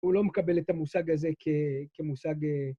הוא לא מקבל את המושג הזה כמושג...